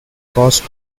caused